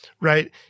right